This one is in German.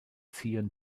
ziehen